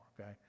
Okay